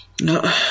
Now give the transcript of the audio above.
no